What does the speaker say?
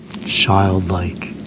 childlike